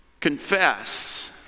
Confess